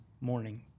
morning